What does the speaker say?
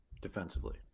defensively